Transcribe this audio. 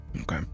okay